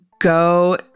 go